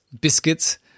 biscuits